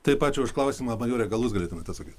taip ačiū už klausimą majore gal jūs galėtumėt atsakyt